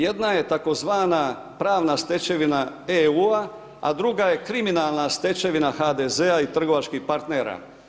Jedna je tzv. pravna stečevina EU-a, a druga je kriminalna stečevina HDZ-a i trgovačkih partnera.